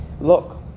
Look